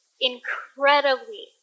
incredibly